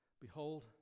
Behold